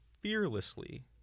fearlessly